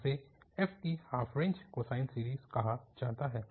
तो इसे f की हाफ रेंज कोसाइन सीरीज़ कहा जाता है